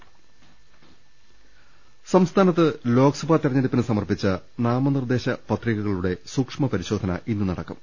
ൾ ൽ ൾ സംസ്ഥാനത്ത് ലോക്സഭാ തെരഞ്ഞെടുപ്പിന് സമർപ്പിച്ച നാമ നിർദേശ പത്രികകളുടെ സൂക്ഷ്മ പരിശോധന ഇന്ന് നടക്കും